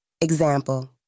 Example